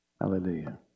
Hallelujah